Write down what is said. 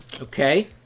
okay